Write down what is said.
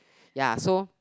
ya so